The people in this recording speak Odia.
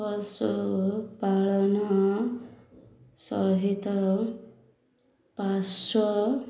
ପଶୁପାଳନ ସହିତ ପାର୍ଶ୍ୱ